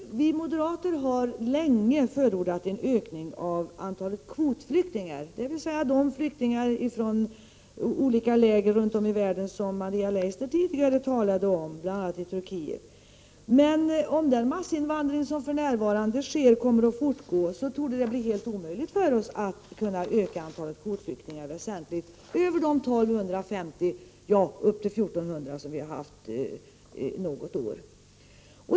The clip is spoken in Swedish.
Vi moderater har länge förordat en ökning av antalet kvotflyktingar, dvs. de flyktingar från olika läger runt om i världen som Maria Leissner tidigare talade om, bl.a. flyktingar från Turkiet. Om den massinvandring som för närvarande pågår kommer att fortsätta torde det bli helt omöjligt för oss att öka antalet kvotflyktingar väsentligt över de 1250-1400 som vi har haft något år.